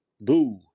Boo